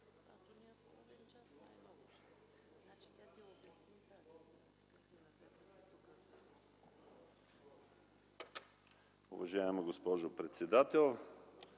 Уважаеми господин председател,